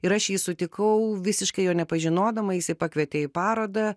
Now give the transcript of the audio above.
ir aš jį sutikau visiškai jo nepažinodamas jisai pakvietė į parodą